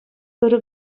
ырӑ